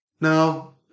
No